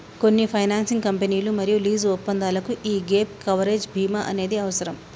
కొన్ని ఫైనాన్సింగ్ కంపెనీలు మరియు లీజు ఒప్పందాలకు యీ గ్యేప్ కవరేజ్ బీమా అనేది అవసరం